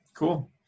Cool